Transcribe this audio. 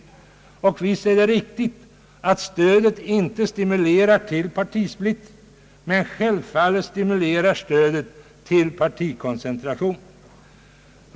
Visst är det riktigt att stödet inte stimulerar till partisplittring, men självfallet stimulerar det till partikoncentration.